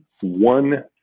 one